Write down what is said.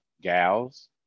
gals